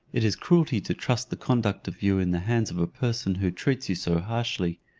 it is cruelty to trust the conduct of you in the hands of a person who treats you so harshly.